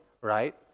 right